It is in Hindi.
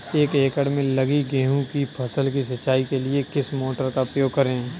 एक एकड़ में लगी गेहूँ की फसल की सिंचाई के लिए किस मोटर का उपयोग करें?